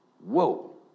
whoa